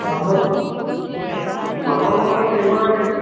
মাগুৰ মাগুৰ মাছৰ তিনিশ টকা কে জি